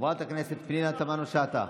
חברת הכנסת פנינה תמנו שטה,